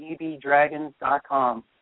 ebdragons.com